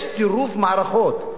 יש טירוף מערכות,